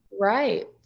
Right